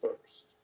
first